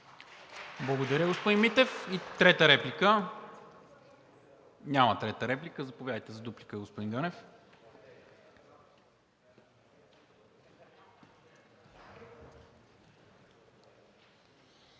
Благодаря, господин Митев. Трета реплика? Няма. Заповядайте за дуплика, господин Ганев.